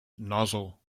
nozzle